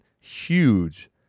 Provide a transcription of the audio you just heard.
huge